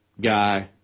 guy